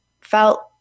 felt